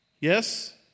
Yes